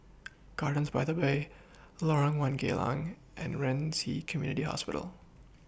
Gardens By The Bay Lorong one Geylang and Ren Ci Community Hospital